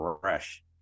fresh